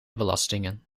belastingen